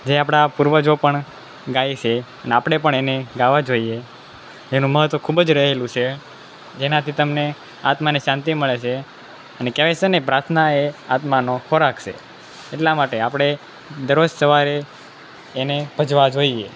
જે આપણા પૂર્વજો પણ ગાય છે અને આપણે પણ એને ગાવા જોઇએ એનું મહત્ત્વ ખૂબ જ રહેલું છે જેનાથી તમને આત્માને શાંતિ મળે છે અને કહે છે ને પ્રાર્થના એ આત્માનો ખોરાક છે એટલા માટે આપણે દરરોજ સવારે એને ભજવા જોઈએ